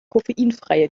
koffeinfreie